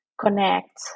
connect